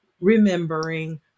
remembering